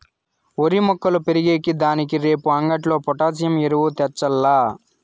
ఓరి మొక్కలు పెరిగే దానికి రేపు అంగట్లో పొటాసియం ఎరువు తెచ్చాల్ల